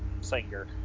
singer